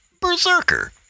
Berserker